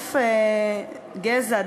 סעיף גזע,